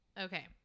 Okay